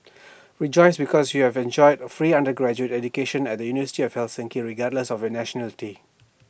rejoice because you have enjoy free undergraduate education at the university of Helsinki regardless of your nationality